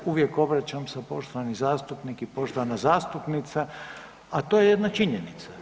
Ja se uvijek obraćam sa poštovani zastupnik i poštovana zastupnica, a to je jedna činjenica.